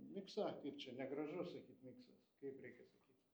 miksą kaip čia negražu sakyt miksas kaip reikia sakyt